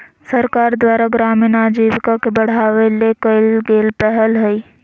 सरकार द्वारा ग्रामीण आजीविका के बढ़ावा ले कइल गेल पहल हइ